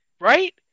right